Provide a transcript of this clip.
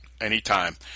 Anytime